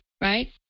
right